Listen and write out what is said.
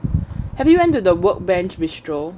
have you went to the workbench bistro